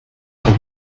pas